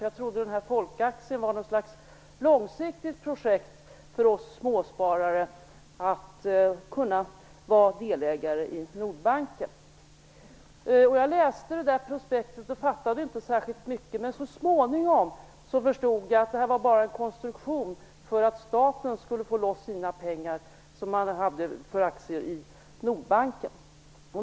Jag trodde att folkaktien var något slags långsiktigt projekt för oss småsparare att kunna vara delägare i Jag läste prospektet och fattade inte särskilt mycket. Men så småningom förstod jag att det bara var en konstruktion för att staten skulle få loss sina pengar som den hade i aktier i Nordbanken.